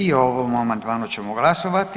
I o ovom amandmanu ćemo glasovati.